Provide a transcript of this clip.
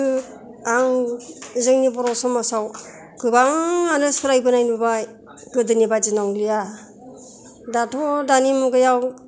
आं जोंनि बर' समाजआव गोबांआनो सोलाय बोनाय नुबाय गोदोनि बादि नंलिया दाथ' दानि मुगायाव